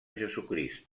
jesucrist